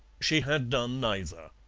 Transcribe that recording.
she had done neither.